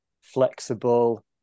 flexible